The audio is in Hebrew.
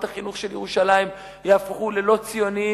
החינוך של ירושלים יהפכו ללא-ציוניים,